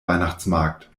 weihnachtsmarkt